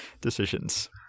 decisions